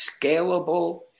scalable